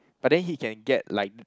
but then he can get like